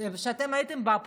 לא, הסיפור אף